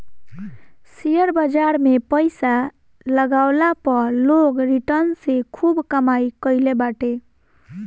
share बाजार में पईसा लगवला पअ लोग रिटर्न से खूब कमाई कईले बाटे